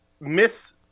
miss